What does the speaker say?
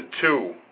two